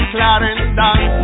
Clarendon